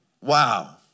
Wow